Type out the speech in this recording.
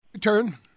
turn